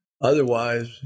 Otherwise